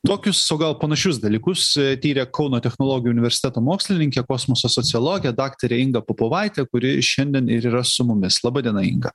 tokius o gal panašius dalykus tiria kauno technologijų universiteto mokslininkė kosmoso sociologė daktarė inga popovaitė kuri šiandien ir yra su mumis laba diena inga